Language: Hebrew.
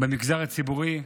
במגזר הציבורי,